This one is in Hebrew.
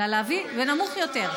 אלא להביא בנמוך יותר.